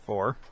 Four